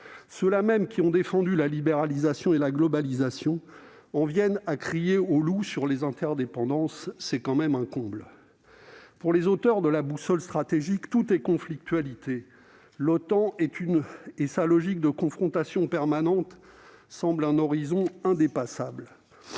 Ceux-là mêmes qui ont défendu la libéralisation et la globalisation en viennent à crier au loup sur les interdépendances, c'est un comble ! Selon les auteurs de cette boussole stratégique, tout est conflictualité et l'OTAN et sa logique de confrontation permanente semblent constituer un horizon indépassable.